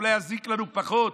ואולי יזיק לנו פחות,